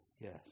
yes